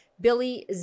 Billy